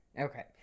Okay